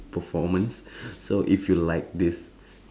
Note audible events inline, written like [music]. performance [breath] so if you like this